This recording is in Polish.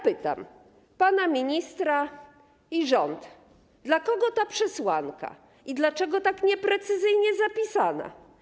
Pytam pana ministra i rząd, dla kogo ta przesłanka i dlaczego jest tak nieprecyzyjnie zapisana.